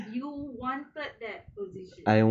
you wanted that position